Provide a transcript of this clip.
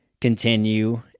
continue